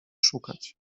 szukać